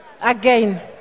again